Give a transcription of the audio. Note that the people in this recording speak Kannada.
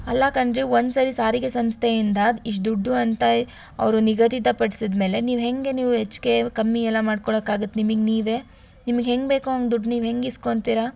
ಅಲ್ಲ ಕಣ್ರಿ ಒಂದುಸರಿ ಸಾರಿಗೆ ಸಂಸ್ಥೆಯಿಂದ ಇಷ್ಟು ದುಡ್ಡು ಅಂತ ಅವರು ನಿಗದಿ ಪಡಿಸಿದ್ಮೇಲೆ ನೀವು ಹೇಗೆ ನೀವು ಹೆಚ್ಚಿಗೆ ಕಮ್ಮಿ ಎಲ್ಲ ಮಾಡ್ಕೊಳ್ಳಕ್ಕಾಗತ್ತೆ ನಿಮಗೆ ನೀವೇ ನಿಮಗೆ ಹೆಂಗೆ ಬೇಕೋ ಹಂಗ್ ದುಡ್ಡು ನೀವು ಹೆಂಗೆ ಇಸ್ಕೋತೀರಾ